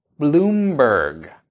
Bloomberg